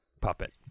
puppet